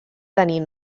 tenir